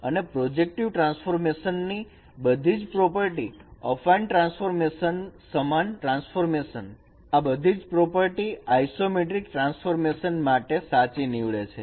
અને projective transformation ની બધી જ પ્રોપર્ટી અફાઈન ટ્રાન્સફોર્મેશન સમાન ટ્રાન્સફોર્મેશન આ બધી જ પ્રોપર્ટી આઈસોમેટ્રિ ટ્રાન્સફોર્મેશન માટે સાચી નીવડે છે